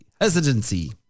hesitancy